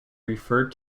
referred